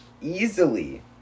Easily